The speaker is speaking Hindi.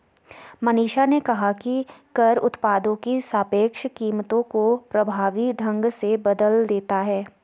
मनीषा ने कहा कि कर उत्पादों की सापेक्ष कीमतों को प्रभावी ढंग से बदल देता है